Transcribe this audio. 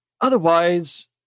Otherwise